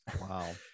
Wow